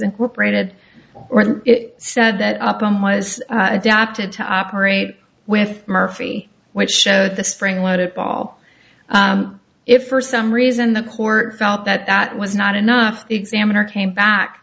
incorporated or said that up on was adapted to operate with murphy which showed the spring loaded ball if for some reason the court felt that that was not enough examiner came back